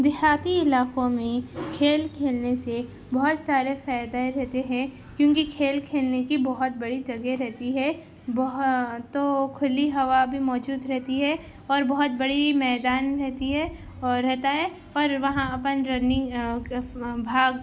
دیہاتی علاقوں میں کھیل کھیلنے سے بہت سارے فائدے رہتے ہیں کیونکہ کھیل کھیلنے کی بہت بڑی جگہ رہتی ہے بہت تو کھلی ہوا بھی موجود رہتی ہے اور بہت بڑی میدان رہتی ہے اور رہتا ہے اور وہاں اپن رننگ بھاگ